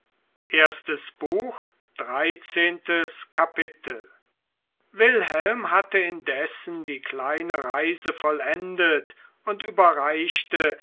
dreizehntes kapitel wilhelm hatte indessen die kleine reise vollendet und überreichte